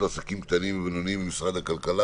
לעסקים קטנים ובינוניים ממשרד הכלכלה,